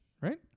Right